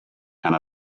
and